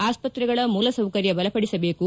ಆಸ್ಪತ್ರಗಳ ಮೂಲಸೌಕರ್ಯ ಬಲಪಡಿಸಬೇಕು